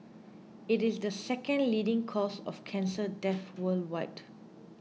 it is the second leading cause of cancer death worldwide